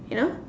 ya